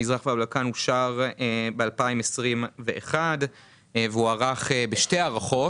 המזרח והבלקן אושר ב-2021 והוארך בשתי הארכות,